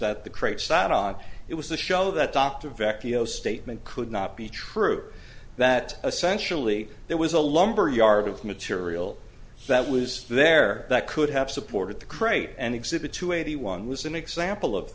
that the crate sat on it was a show that dr vecchio statement could not be true that essentially there was a lumber yard of material that was there that could have supported the crate and exhibit two eighty one was an example of